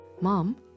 Mom